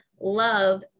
love